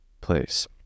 place